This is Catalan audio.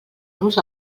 nos